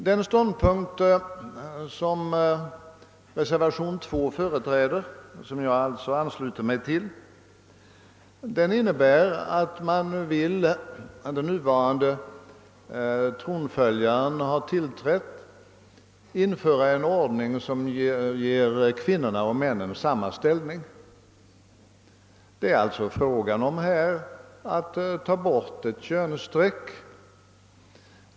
Den frågeställning som reservation 2 önskar belyst och som jag anslutit mig till innebär att man när den nuvarande tronföljaren tillträtt inför en ordning som ger kvinnor och män samma ställning. Det är här alltså fråga om förutsättningarna för borttagande av ett könsstreck.